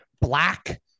Black